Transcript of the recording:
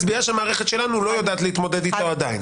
בגלל שהמערכת שלנו לא יודעת להתמודד איתו עדיין.